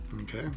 Okay